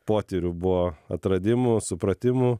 potyrių buvo atradimų supratimų